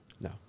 No